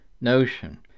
notion